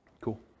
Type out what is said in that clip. Cool